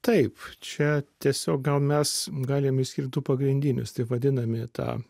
taip čia tiesiog gal mes galime išskirti du pagrindinius taip vadinami tą